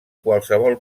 qualsevol